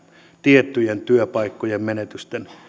tiettyjen työpaikkojen menetysten